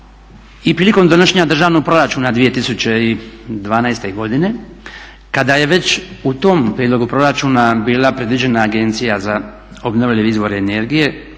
i prilikom donošenja državnog proračuna 2012.godine kada je već u tom prijedlogu proračuna bile predviđena Agencija za obnovljive izvore energije